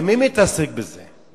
ומי מתעסק בזה?